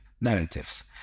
narratives